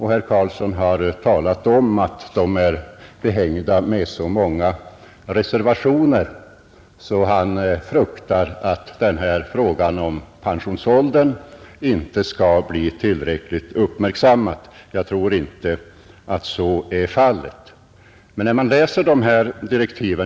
Herr Carlsson i Vikmanshyttan sade att de var behängda med så många reservationer att han fruktar att frågan om pensionsåldern inte skall bli tillräckligt uppmärksammad. Jag tror inte att så är fallet.